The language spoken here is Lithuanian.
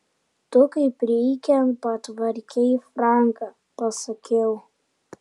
tu kaip reikiant patvarkei franką pasakiau